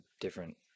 different